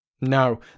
No